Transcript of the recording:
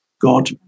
god